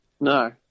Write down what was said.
No